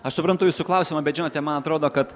aš suprantu jūsų klausimą bet žinote man atrodo kad